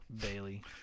Bailey